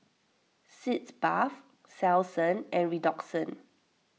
Sitz Bath Selsun and Redoxon